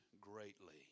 greatly